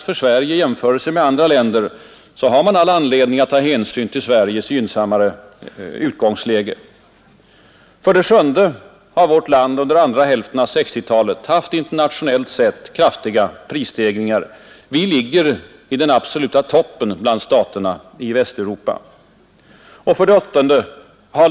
Och vid bedömandet av vår tillväxttakt har man all anledning att ta hänsyn till Sveriges gynnsammare utgångsläge. 7. Vårt land har under andra hälften av 1960-talet haft internationellt sett mycket kraftiga prisstegringar. Sverige ligger i den absoluta toppen bland staterna i Västeuropa. 8.